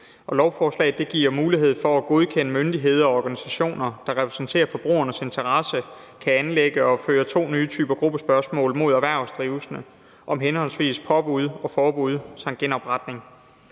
lovforslaget giver mulighed for at godkende, at myndigheder og organisationer, der repræsenterer forbrugernes interesser, kan anlægge og føre to nye typer af gruppesøgsmål mod erhvervsdrivende om henholdsvis påbud og forbud samt genopretning.